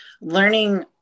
learning